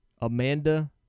Amanda